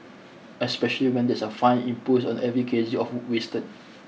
especially when there's a fine imposed on every K G of food wasted